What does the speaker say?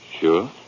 Sure